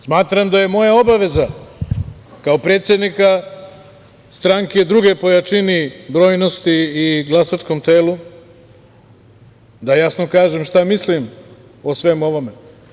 Smatram da je moja obaveza kao predsednika stranke druge po jačini, brojnosti i glasačkom telu da jasno kažem šta mislim o svemu ovome.